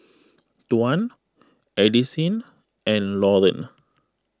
Tuan Addisyn and Lauren